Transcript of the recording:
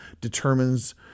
determines